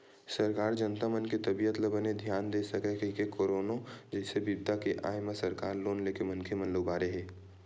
सरकार जनता मन के तबीयत ल बने धियान दे सकय कहिके करोनो जइसन बिपदा के आय म सरकार लोन लेके मनखे मन ल उबारे हे